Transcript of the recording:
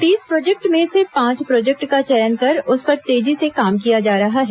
तीस प्रोजेक्ट में से पांच प्रोजेक्ट का चयन कर उस पर तेजी से काम किया जा रहा है